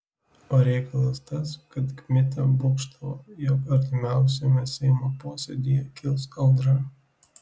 o reikalas tas kad kmita būgštavo jog artimiausiame seimo posėdyje kils audra